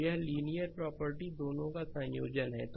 तो यह linear property दोनों का एक संयोजन है